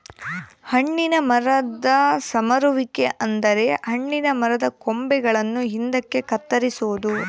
ಹಣ್ಣಿನ ಮರದ ಸಮರುವಿಕೆ ಅಂದರೆ ಹಣ್ಣಿನ ಮರದ ಕೊಂಬೆಗಳನ್ನು ಹಿಂದಕ್ಕೆ ಕತ್ತರಿಸೊದು